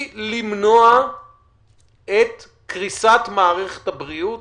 היא למנוע את קריסת מערכת הבריאות